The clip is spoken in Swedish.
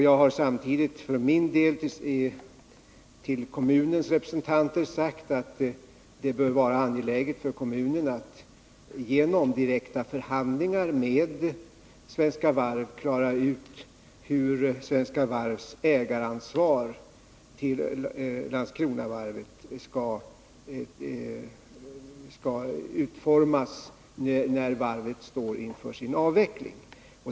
Jag har samtidigt för min del till kommunens representanter sagt att det bör vara angeläget för kommunen att genom direkta förhandlingar med Svenska Varv klara ut hur Svenska Varvs ägaransvar i fråga om Landskronavarvet skall utformas när varvet står inför sin avveckling.